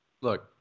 Look